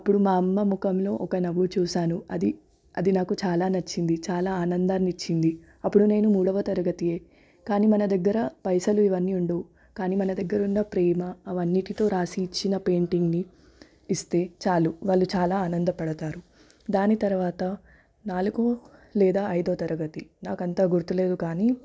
అప్పుడు మా అమ్మ ముఖంలో ఒక నవ్వు చూసాను అది అది నాకు చాలా నచ్చింది చాలా ఆనందాన్ని ఇచ్చింది అప్పుడు నేను మూడవ తరగతియే కానీ మన దగ్గర పైసలు ఇవన్నీ ఉండవు కానీ మన దగ్గర ఉన్న ప్రేమ అవన్నిటితో రాసి ఇచ్చిన పెయింటింగ్ని ఇస్తే చాలు వాళ్ళు చాలా ఆనందపడుతారు దాని తరవాత నాలుగు లేదా ఐదవ తరగతి నాకు అంత గుర్తులేదు కానీ